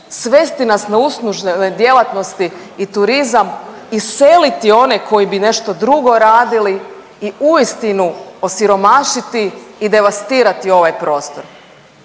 svesti nas na uslužne djelatnosti i turizam, iseliti one koji bi nešto drugo radili i uistinu osiromašiti i devastirati ovaj prostor.